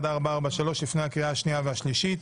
(מ/1443), לפני הקריאה השנייה והשלישית.